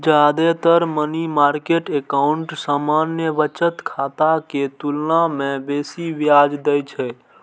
जादेतर money market account सामान्य बचत खाता के तुलना मे बेसी ब्याज दै छै